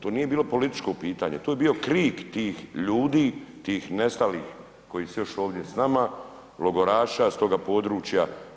To nije bilo političko pitanje, to je bio krik tih ljudi, tih nestalih koji su još ovdje s nama, logoraša s toga područja.